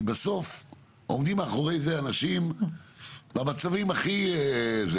בסוף מאחורי זה עומדים אנשים במצבים הכי קשים.